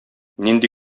нинди